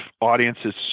audiences